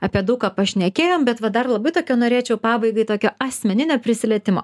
apie daug ką pašnekėjom bet va dar labiau tokio norėčiau pabaigai tokio asmeninio prisilietimo